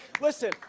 listen